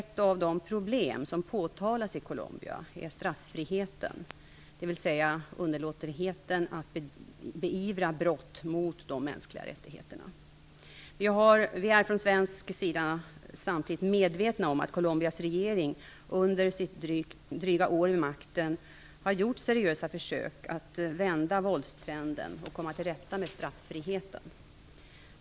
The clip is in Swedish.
Ett av de problem som påtalats i Colombia är straffriheten, dvs. underlåtenheten att beivra brott mot de mänskliga rättigheterna. Vi är från svensk sida samtidigt medvetna om att Colombias regering, under sitt dryga år vid makten, har gjort seriösa försök att vända våldstrenden och komma till rätta med straffriheten.